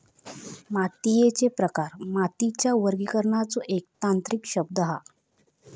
मातीयेचे प्रकार मातीच्या वर्गीकरणाचो एक तांत्रिक शब्द हा